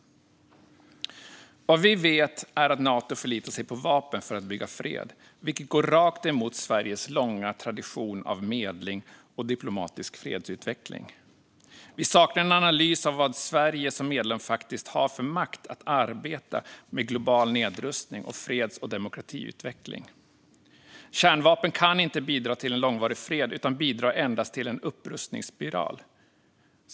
Vad vi vet är att Nato förlitar sig på vapen för att bygga fred, vilket går rakt emot Sveriges långa tradition av medling och diplomatisk fredsutveckling. Vi saknar en analys av vad Sverige som medlem faktiskt har för makt att arbeta med frågorna om global nedrustning och freds och demokratiutveckling. Kärnvapen kan inte bidra till en långvarig fred utan bidrar endast till en upprustningsspiral.